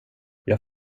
jag